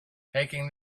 taking